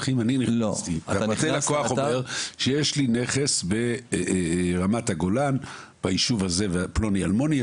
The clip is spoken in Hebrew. פרטי לקוח אומר שיש לי נכס ברמת הגולן ביישוב פלוני אלמוני,